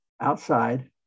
outside